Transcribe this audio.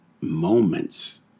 moments